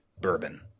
bourbon